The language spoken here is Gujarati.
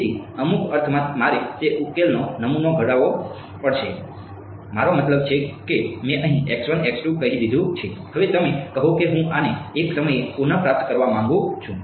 તેથી અમુક અર્થમાં મારે તે ઉકેલનો નમૂનો ઘટાડવો પડશે મારો મતલબ છે કે મેં અહીં કહી દીધું છે હવે તમે કહો છો કે હું આને એક સમયે પુનઃપ્રાપ્ત કરવા માંગુ છું